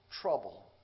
trouble